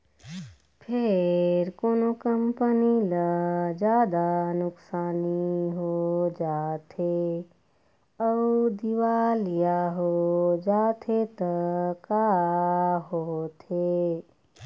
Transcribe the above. फेर कोनो कंपनी ल जादा नुकसानी हो जाथे अउ दिवालिया हो जाथे त का होथे?